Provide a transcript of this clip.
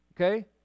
Okay